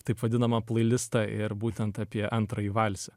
taip vadinamą plailistą ir būtent apie antrąjį valsą